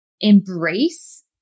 embrace